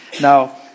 Now